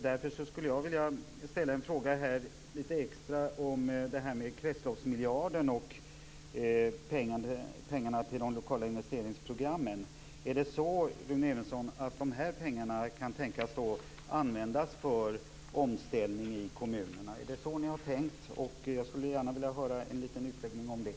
Jag skulle vilja ställa en fråga om kretsloppsmiljarden och pengarna till de lokala investeringsprogrammen. Är det så, Rune Evensson, att dessa pengar kan tänkas användas för omställning i kommunerna? Är det så ni har tänkt? Jag skulle gärna vilja höra en liten utläggning om det.